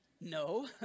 no